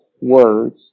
words